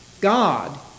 God